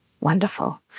Wonderful